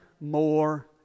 more